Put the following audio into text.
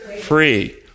free